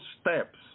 steps